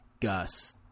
Gus